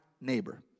neighbor